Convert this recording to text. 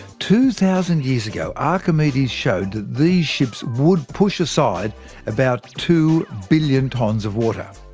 two thousand years ago, archimedes showed that these ships would push aside about two billion tonnes of water.